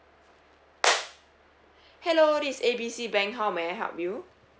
hello this is A B C bank how may I help you